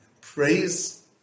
Praise